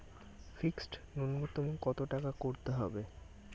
Fixed নুন্যতম কত টাকা করতে হবে?